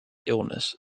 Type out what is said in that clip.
illness